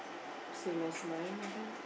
same as mine I think